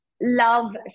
love